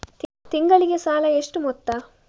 ತಿಂಗಳಿಗೆ ಸಾಲ ಎಷ್ಟು ಮೊತ್ತ?